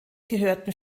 gehörten